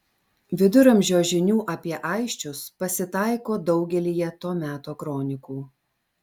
viduramžio žinių apie aisčius pasitaiko daugelyje to meto kronikų